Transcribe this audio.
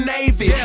Navy